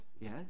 Yes